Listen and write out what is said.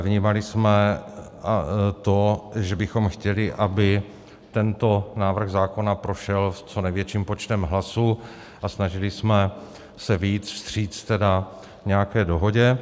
Vnímali jsme, že bychom chtěli, aby tento návrh zákona prošel s co největším počtem hlasů, a snažili jsme se tedy vyjít vstříc nějaké dohodě.